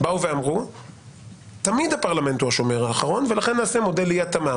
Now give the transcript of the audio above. אמרו שתמיד הפרלמנט הוא השומר האחרון ולכן נעשה מודל אי התאמה.